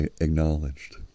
Acknowledged